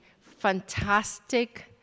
fantastic